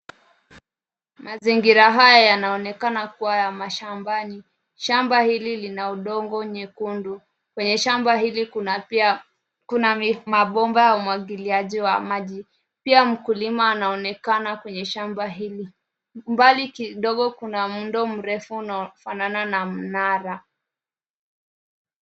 Mazingira haya yanaonekan kuwa ya mashambani. Shamba hili lina udongo nyekundu. Kwenye shamba hili kuna pia mabomba ya umwgiliaji wa maji. Pia mkulima anaonekana kwenye shamba hili. Mbali kidogo kuna muundo mrefu unaofanana na mnara.